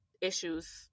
issues